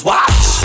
Watch